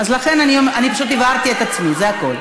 לכן, פשוט הבהרתי את עצמי, זה הכול.